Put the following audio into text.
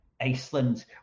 Iceland